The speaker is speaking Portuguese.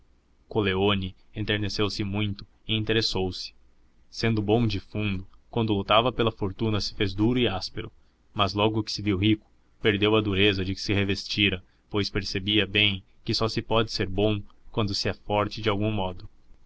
desesperada coleoni enterneceu se muito e interessou se sendo bom de fundo quando lutava pela fortuna se fez duro e áspero mas logo que se viu rico perdeu a dureza de que se revestira pois percebia bem que só se pode ser bom quando se é forte de algum modo